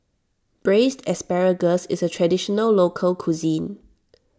Braised Asparagus is a Traditional Local Cuisine